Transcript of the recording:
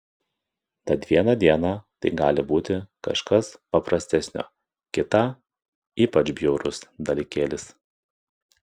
tad vieną dieną tai gali būti kažkas paprastesnio kitą ypač bjaurus dalykėlis